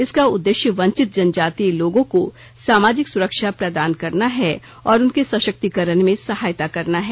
इसका उद्देश्य वंचित जनजातीय लोगों को सामाजिक सुरक्षा प्रदान करना है और उनके सशक्तीकरण में सहायता करना है